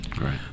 right